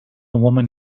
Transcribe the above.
woman